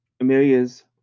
Amelia's